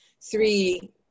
three